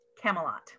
camelot